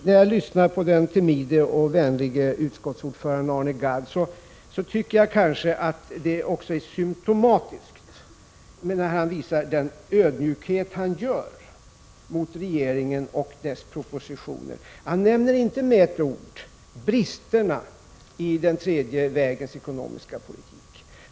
När jag lyssnar till den timide och vänlige utskottsordföranden Arne Gadd, tycker jag att det är symptomatiskt med den ödmjukhet som han visar mot regeringen och dess propositioner. Han nämner inte med ett ord bristerna i den tredje vägens ekonomiska politik.